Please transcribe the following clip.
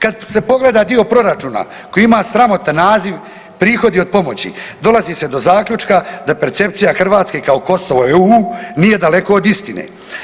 Kad se pogleda dio proračuna koji ima sramotan naziv prihodi od pomoći, dolazi se do zaključka da percepcija Hrvatske kao Kosovo i EU nije daleko od istine.